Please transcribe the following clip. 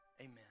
Amen